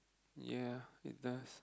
ya it does